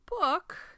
book